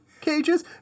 cages